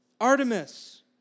Artemis